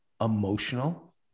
emotional